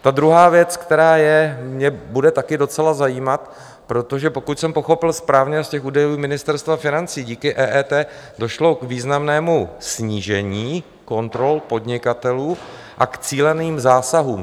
Ta druhá věc, která mě bude také docela zajímat, protože pokud jsem pochopil správně z těch údajů Ministerstva financí, díky EET došlo k významnému snížení kontrol podnikatelů a k cíleným zásahům.